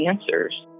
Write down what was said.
answers